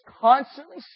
constantly